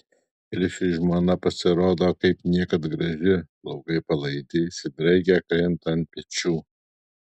krisiui žmona pasirodo kaip niekad graži plaukai palaidi išsidraikę krinta ant pečių